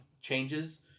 changes